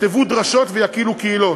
יכתבו דרשות ויקהילו קהילות.